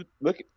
look